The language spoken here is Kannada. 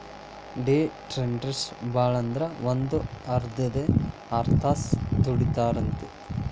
ಡೆ ಟ್ರೆಡರ್ಸ್ ಭಾಳಂದ್ರ ಒಂದ್ ಐದ್ರಿಂದ್ ಆರ್ತಾಸ್ ದುಡಿತಾರಂತ್